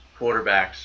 quarterbacks